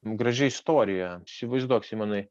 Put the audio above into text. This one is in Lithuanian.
graži istorija įsivaizduok simonai